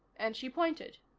and she pointed.